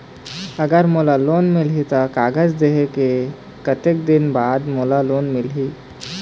अगर मोला लोन मिलही त कागज देहे के कतेक दिन बाद मोला लोन मिलही?